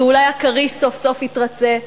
ואולי הכריש סוף-סוף יתרצה.